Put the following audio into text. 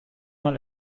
mal